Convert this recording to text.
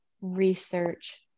research